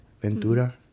Ventura